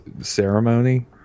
ceremony